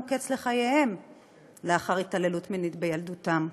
קץ לחייהם לאחר התעללות מינית בילדותם.